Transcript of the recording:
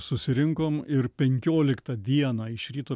susirinkom ir penkioliktą dieną iš ryto